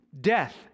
Death